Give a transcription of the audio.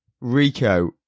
Rico